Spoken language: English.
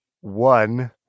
one